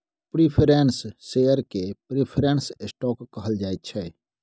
preference share केँ preference stock कहल जाइ छै